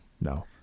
No